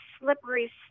slippery